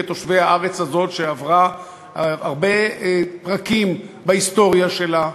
כתושבי הארץ הזאת שעברה הרבה פרקים בהיסטוריה שלה,